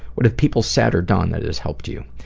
what have people said or done that has helped you?